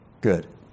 Good